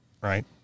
right